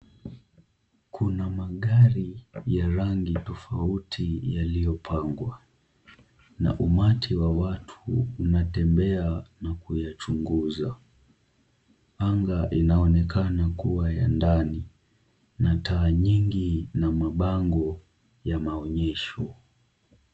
Kuna magari ya rangi tofauti yaliyopangwa, na umati wa watu unatembea ukiyachunguza. Anga inaonekana kuwa ya ndani na taa nyingi na mabango ya maonyesho.